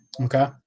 okay